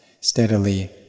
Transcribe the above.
steadily